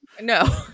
No